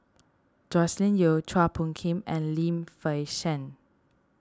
Joscelin Yeo Chua Phung Kim and Lim Fei Shen